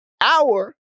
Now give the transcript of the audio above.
hour